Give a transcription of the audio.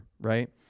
right